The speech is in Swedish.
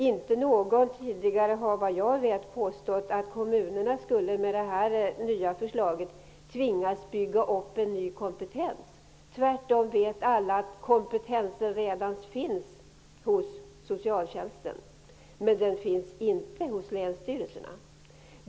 Ingen har påstått att kommunerna genom det nya förslaget skulle tvingas bygga upp en ny kompetens. Kompetensen finns redan hos socialtjänsten, men den finns inte hos länsstyrelserna.